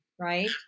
right